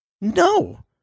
no